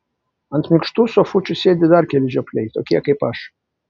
ant minkštų sofučių sėdi dar keli žiopliai tokie kaip aš